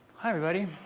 hi everybody.